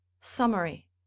Summary